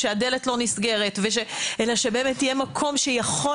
שהדלת לא נסגרת וש אלא שבאמת יהיה מקום שיכול